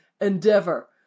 endeavor